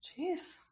Jeez